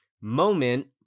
Moment